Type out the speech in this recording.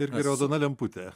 irgi raudona lemputė